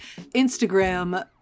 Instagram